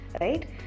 right